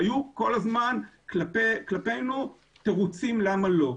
כל הזמן היו כלפינו תירוצים למה לא.